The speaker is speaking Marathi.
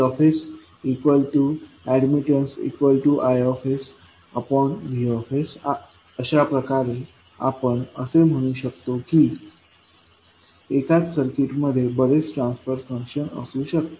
HsAdmittanceIV अशा प्रकारे आपण असे म्हणू शकतो की एकाच सर्किटमध्ये बरेच ट्रान्सफर फंक्शन असू शकतात